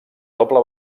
doble